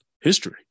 history